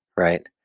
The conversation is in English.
right?